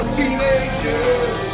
teenagers